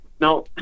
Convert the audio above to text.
Now